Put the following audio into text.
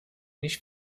nicht